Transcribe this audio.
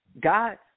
God